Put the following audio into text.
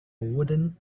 wooden